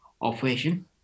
operation